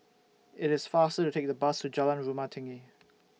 IT IS faster to Take The Bus to Jalan Rumah Tinggi